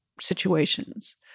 situations